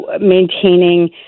maintaining